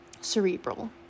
cerebral